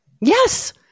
Yes